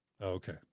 Okay